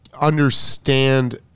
understand